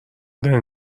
دارین